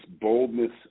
boldness